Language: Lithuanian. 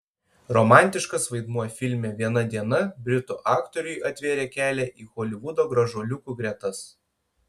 romantiškas vaidmuo filme viena diena britų aktoriui atvėrė kelią į holivudo gražuoliukų gretas